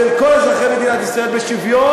של כל אזרחי מדינת ישראל בשוויון,